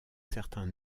certain